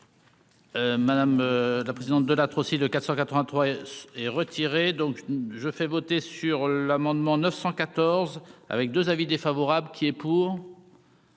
Madame la présidente de l'aussi de 400 83 et retiré, donc je fais voter sur l'amendement 914 avec 2 avis défavorable qui est pour.